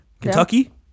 kentucky